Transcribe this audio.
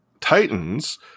Titans